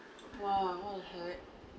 !wah! what the heck